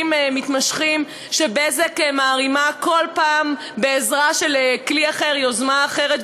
מתמשכים ש"בזק" מערימה בכל פעם בעזרה של כלי אחר או יוזמה אחרת.